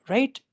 Right